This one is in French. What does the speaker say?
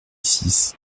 six